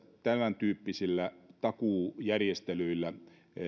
tämäntyyppisillä takuujärjestelyillä